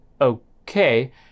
okay